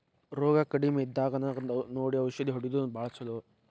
ರೋಗಾ ಕಡಮಿ ಇದ್ದಾಗನ ನೋಡಿ ಔಷದ ಹೊಡಿಯುದು ಭಾಳ ಚುಲೊ